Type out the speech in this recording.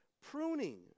pruning